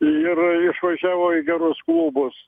ir išvažiavo į gerus klubus